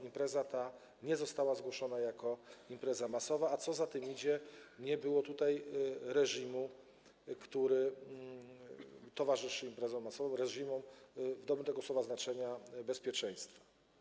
Impreza ta nie została zgłoszona jako impreza masowa, a co za tym idzie - nie było tutaj reżimu, który towarzyszy imprezom masowym, reżimu, w dobrym tego słowa znaczenia, bezpieczeństwa.